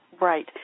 Right